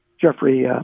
Jeffrey